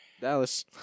Dallas